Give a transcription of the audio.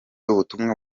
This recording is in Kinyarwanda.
ubutumwa